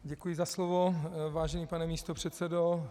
Děkuji za slovo, vážený pane místopředsedo.